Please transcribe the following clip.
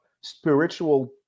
spiritual